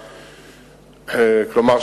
כלומר,